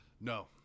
No